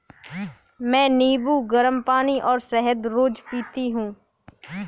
मैं नींबू, गरम पानी और शहद रोज पीती हूँ